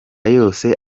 yose